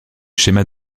schéma